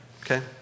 Okay